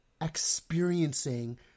experiencing